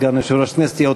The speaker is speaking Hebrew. סגן יושב-ראש הכנסת,